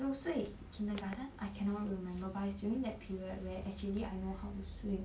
六岁 kindergarten I cannot remember but it's during that period where actually I know how to swim